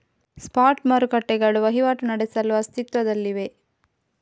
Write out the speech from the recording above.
spot ಮಾರುಕಟ್ಟೆಗಳು ವಹಿವಾಟು ನಡೆಸಲು ಅಸ್ತಿತ್ವದಲ್ಲಿವೆ